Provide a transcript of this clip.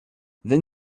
then